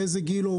באיזה גיל הוא,